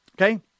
okay